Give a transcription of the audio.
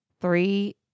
three